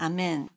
Amen